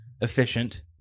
efficient